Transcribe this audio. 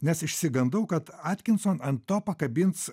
nes išsigandau kad atkinson ant to pakabins